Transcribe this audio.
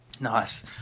Nice